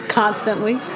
constantly